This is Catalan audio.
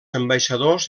ambaixadors